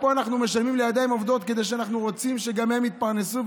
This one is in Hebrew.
פה אנחנו משלמים על ידיים עובדות כי אנחנו רוצים שגם הן יתפרנסו,